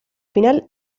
final